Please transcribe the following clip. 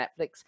Netflix